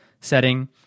setting